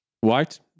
White